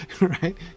right